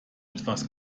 etwas